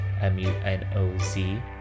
M-U-N-O-Z